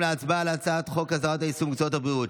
29 בעד, אין מתנגדים, אין נמנעים.